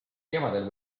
kevadel